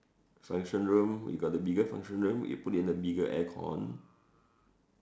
function room you got a bigger function room you put in a bigger aircon